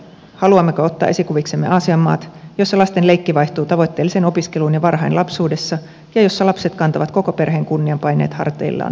haluammeko ottaa esikuviksemme aasian maat joissa lasten leikki vaihtuu tavoitteelliseen opiskeluun jo varhain lapsuudessa ja joissa lapset kantavat koko perheen kunnian paineet hartioillaan päntätessään kokeisiin